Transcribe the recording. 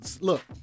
Look